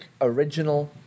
original